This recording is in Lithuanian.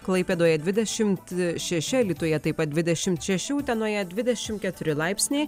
klaipėdoje dvidešimt šeši alytuje taip pat dvidešimt šeši utenoje dvidešimt keturi laipsniai